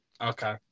Okay